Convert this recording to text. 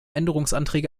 änderungsanträge